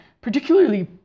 particularly